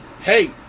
hey